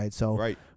right